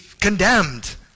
condemned